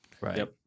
Right